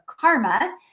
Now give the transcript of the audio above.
karma